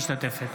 משתתפת